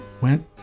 went